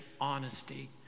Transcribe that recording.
honesty